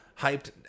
hyped